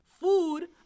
Food